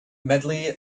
medley